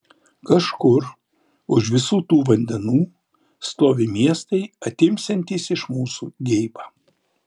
kažkur už visų tų vandenų stovi miestai atimsiantys iš mūsų geibą